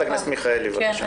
חברת הכנסת מיכאלי, בבקשה.